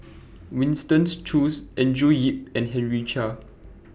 Winston Choos Andrew Yip and Henry Chia